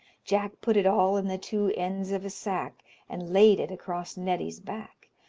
jack put it all in the two ends of a sack and laid it across neddy's back,